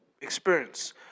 Experience